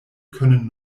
können